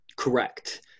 Correct